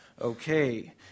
okay